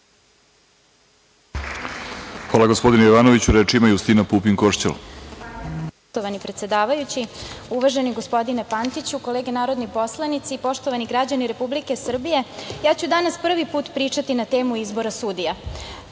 Hvala, gospodine Jovanoviću. Reč ima Justina Pupin Košćal.